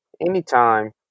anytime